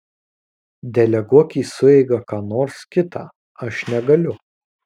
deleguok į sueigą ką nors kitą aš negaliu